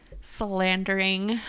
slandering